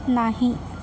नाही